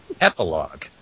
Epilogue